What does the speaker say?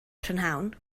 prynhawn